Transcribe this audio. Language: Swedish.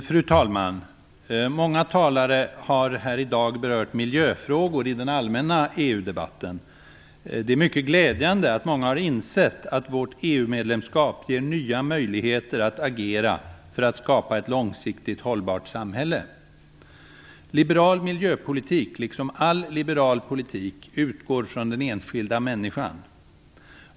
Fru talman! Många talare har här i dag berört miljöfrågor i den allmänna EU-debatten. Det är mycket glädjande att många har insett att vårt EU medlemskap ger nya möjligheter att agera för att skapa ett långsiktigt hållbart samhälle. Liberal miljöpolitik, liksom all liberal politik, utgår från den enskilda människan.